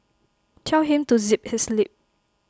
tell him to zip his lip